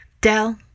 Dell